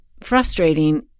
frustrating